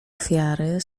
ofiary